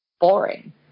boring